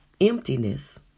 emptiness